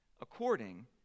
according